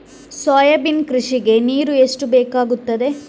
Soybean ಕೃಷಿಗೆ ನೀರು ಎಷ್ಟು ಬೇಕಾಗುತ್ತದೆ?